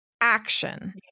action